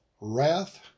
wrath